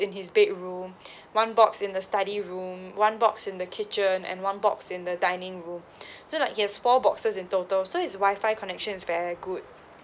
in his bedroom one box in the study room one box in the kitchen and one box in the dining room so like he has four boxes in total so his wifi connection is very good